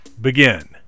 begin